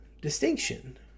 distinction